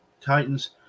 Titans